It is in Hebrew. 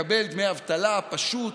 מקבל דמי אבטלה, פשוט,